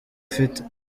afite